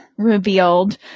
revealed